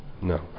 No